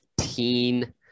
15